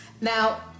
Now